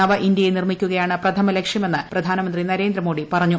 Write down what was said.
നവ ഇന്ത്യയെ നിർമ്മിക്കുകയാണ് പ്രഥമ ലക്ഷ്യമെന്ന് പ്രധാനമന്ത്രി നരേന്ദ്ര മോദി പറഞ്ഞു